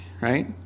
right